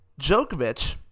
Djokovic